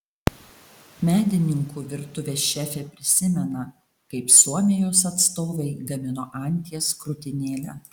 medininkų virtuvės šefė prisimena kaip suomijos atstovai gamino anties krūtinėlę